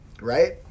right